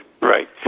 Right